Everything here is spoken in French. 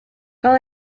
quand